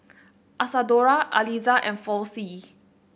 Isadora Aliza and Flossie